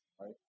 right